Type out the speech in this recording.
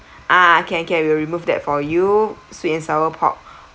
ah can can will remove that for you sweet and sour pork